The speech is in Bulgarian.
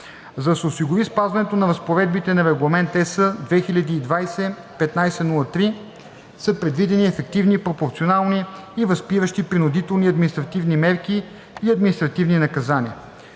За да се осигури спазването на разпоредбите на Регламент (ЕС) 2020/1503, са предвидени ефективни, пропорционални и възпиращи принудителни административни мерки и административни наказания.